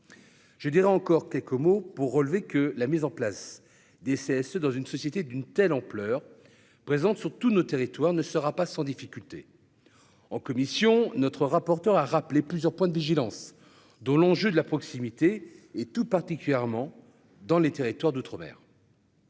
validé ce dispositif en 2017. La mise en place des CSE dans une société d'une telle ampleur, présente sur tous nos territoires, n'ira pas sans difficulté. En commission, notre rapporteure a rappelé plusieurs points de vigilance, parmi lesquels l'enjeu de la proximité, tout particulièrement dans les territoires d'outre-mer.